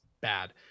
bad